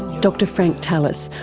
dr frank tallis,